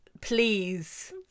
please